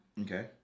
Okay